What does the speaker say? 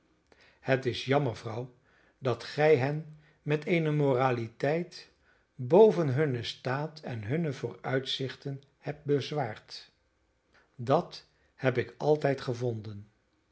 het is jammer vrouw dat gij hen met eene moraliteit boven hunnen staat en hunne vooruitzichten hebt bezwaard dat heb ik altijd gevonden